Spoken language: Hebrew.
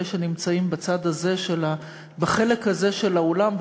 אלה שנמצאים בחלק הזה של האולם,